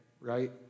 right